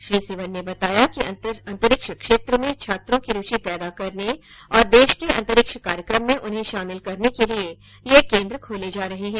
श्री शिवन ने बताया कि अंतरिक्ष क्षेत्र में छात्रों की रूचि पैदा करने और देश के अंतरिक्ष कार्यक्रम में उन्हें शामिल करने के लिए ये केन्द्र खोले जा रहे हैं